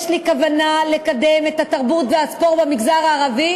יש לי כוונה לקדם את התרבות והספורט במגזר הערבי